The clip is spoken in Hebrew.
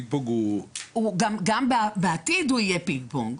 גם בעתיד הוא יהיה פינג-פונג.